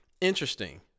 Interesting